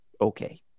okay